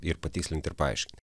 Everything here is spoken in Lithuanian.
ir patikslint ir paaiš